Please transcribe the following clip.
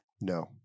No